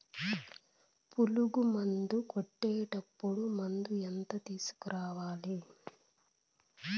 పులుగు మందులు కొట్టేటప్పుడు మందు ఎంత తీసుకురావాలి?